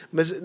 Mas